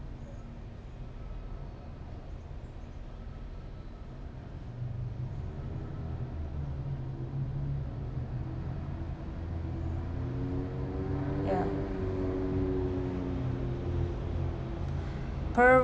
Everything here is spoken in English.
ya